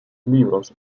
libros